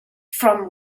from